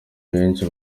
benshi